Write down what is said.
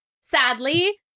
sadly